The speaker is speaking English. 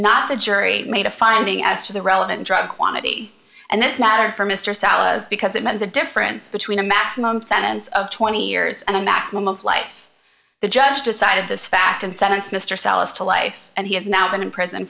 not the jury made a finding as to the relevant drug quantity and this matter for mr salim because it meant the difference between a maximum sentence of twenty years and a maximum of life the judge decided this fact and sentence mr sallust to life and he has now been in prison